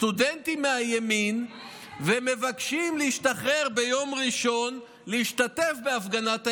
סטודנטים מהימין וביקשו להשתחרר ביום ראשון ולהשתתף בהפגנת הימין,